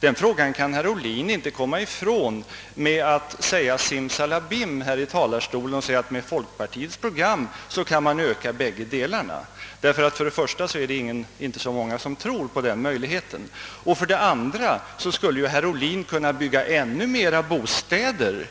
Den frågan kan herr Ohlin inte komma ifrån genom att säga: Simsalabim, med folkpartiets program kan man öka båda delarna! För det första är det inte många som tror på den möjligheten, och för det andra skulle ju herr Ohlin enligt sitt program kunna bygga ännu fler bostäder